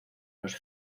los